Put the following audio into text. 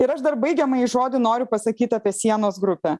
ir aš dar baigiamąjį žodį noriu pasakyt apie sienos grupę